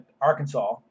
Arkansas